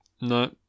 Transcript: no